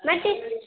ಮತ್ತು